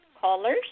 callers